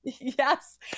Yes